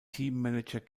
teammanager